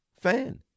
fan